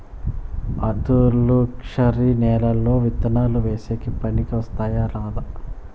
ఆధులుక్షరి నేలలు విత్తనాలు వేసేకి పనికి వస్తాయా రాదా?